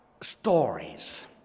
Stories